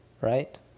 Right